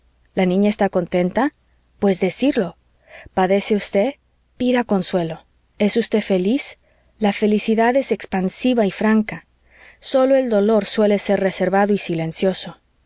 la niña está contenta pues decirlo padece usted pida consuelo es usted feliz la felicidad es expansiva y franca sólo el dolor suele ser reservado y silencioso